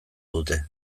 dute